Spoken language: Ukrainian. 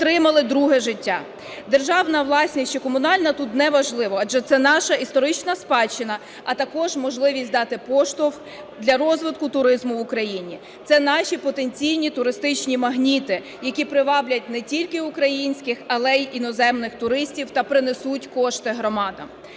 Державна власність чи комунальна тут не важливо, адже це наша історична спадщина, а також можливість дати поштовх для розвитку туризму в Україні. Це наші потенційні туристичні магніти, які приваблять не тільки українських, але й іноземних туристів та принесуть кошти громадам.